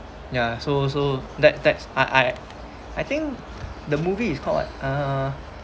ya so so that that's I I I think the movie is called what uh